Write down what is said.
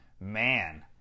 man